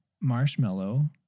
marshmallow